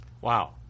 Wow